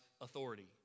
authority